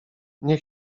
nie